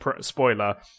spoiler